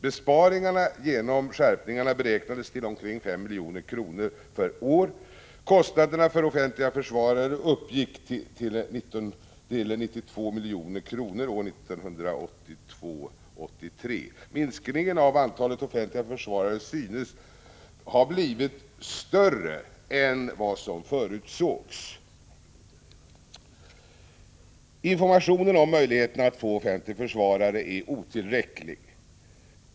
Besparingarna genom skärpningarna beräknades till omkring 5 milj.kr. 83. Minskningen av antalet offentliga försvarare synes ha blivit större än vad som förutsågs. Informationen om möjligheterna att få offentlig försvarare är otillräcklig.